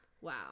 Wow